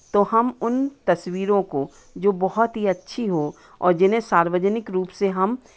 तो हम उन तस्वीरों को जो बहुत ही अच्छी हों और जिन्हें सार्वजनिक रूप से हम